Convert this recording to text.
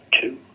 two